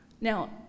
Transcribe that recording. Now